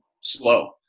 slow